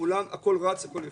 הכול רץ והכול יפה.